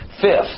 Fifth